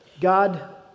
God